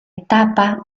etapa